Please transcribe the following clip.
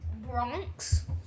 Bronx